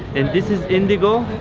and this is indigo.